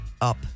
up